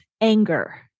anger